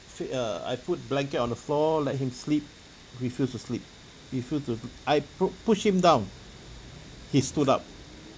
fe~ uh I put blanket on the floor let him sleep refused to sleep refuse to I pu~ push him down he stood up